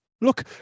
Look